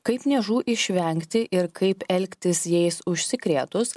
kaip niežų išvengti ir kaip elgtis jais užsikrėtus